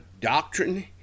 doctrine